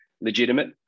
legitimate